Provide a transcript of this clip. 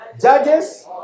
Judges